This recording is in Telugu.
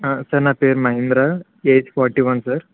సార్ నా పేరు Mahendra age forty one sir